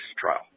trial